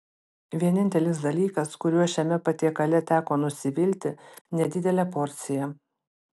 vienintelis dalykas kuriuo šiame patiekale teko kiek nusivilti nedidelė porcija